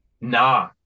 nah